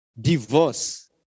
divorce